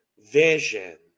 vision